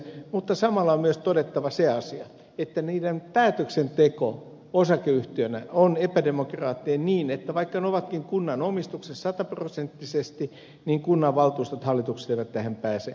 mutta samalla on myös todettava se asia että niiden päätöksenteko osakeyhtiönä on epädemokraattinen niin että vaikka ne ovatkin kunnan omistuksessa sataprosenttisesti niin kunnanvaltuustot hallitukset eivät tähän pääse mukaan